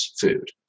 food